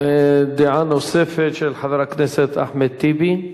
דעה נוספת, של חבר הכנסת אחמד טיבי.